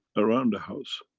around the house.